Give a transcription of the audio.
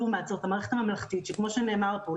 לעומת זאת המערכת הממלכתית שכמו שנאמר פה,